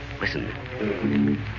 Listen